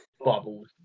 bubbles